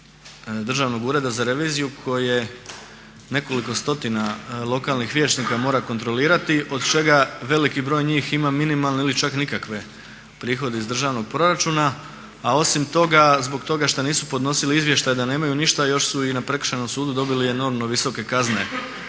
Državnog ureda za reviziju koje nekoliko stotina lokalnih vijećnika mora kontrolirati, od čega veliki broj njih ima minimalne ili čak nikakve prihode iz državnog proračuna, a osim toga zbog toga što nisu podnosili izvještaj da nemaju ništa još su i na Prekršajnom sudu dobili enormno visoke kazne